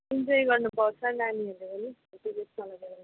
enjoy गर्नु पाउँछ नानीहरूले नि फाल्टो ड्रेसमा लग्यो भने